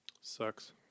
Sucks